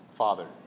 Father